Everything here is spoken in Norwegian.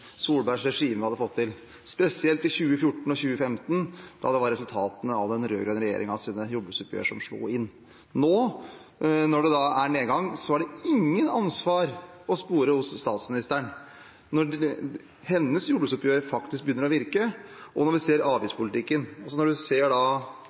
Solbergs regime hadde fått til, spesielt i 2014 og 2015, da resultatene av den rød-grønne regjeringens jordbruksoppgjør slo inn. Når det nå er nedgang, er det ikke noe ansvar å spore hos statsministeren – når hennes jordbruksoppgjør faktisk begynner å virke og vi ser avgiftspolitikken. Når man ser